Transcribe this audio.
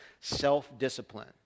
self-discipline